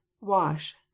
wash